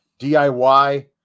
DIY